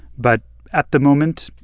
but at the moment,